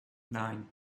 nine